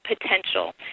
potential